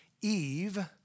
Eve